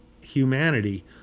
humanity